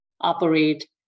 operate